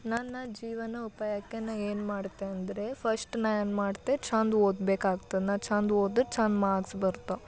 ನನ್ನ ಜೀವನ ಉಪಾಯಕ್ಕೆ ನಾ ಏನು ಮಾಡ್ತೆ ಅಂದರೆ ಫಸ್ಟು ನಾ ಏನು ಮಾಡ್ತೆ ಛಂದ್ ಓದಬೇಕಾಗ್ತದ್ ನಾ ಛಂದ್ ಓದಿರ ಛಂದ್ ಮಾರ್ಕ್ಸ್ ಬರ್ತಾವ